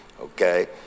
okay